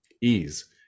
ease